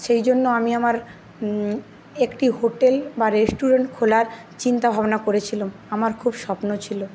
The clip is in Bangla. সেই জন্য আমি আমার একটি হোটেল বা রেস্টুরেন্ট খোলার চিন্তাভাবনা করেছিলাম আমার খুব স্বপ্ন ছিলো